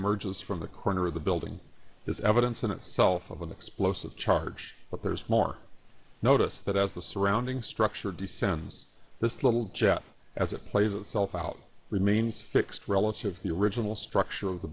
emerges from the corner of the building is evidence in itself of an explosive charge but there is more notice that as the surrounding structure descends this little jet as it plays itself out remains fixed relative to the original structure of the